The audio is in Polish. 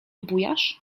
bujasz